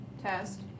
test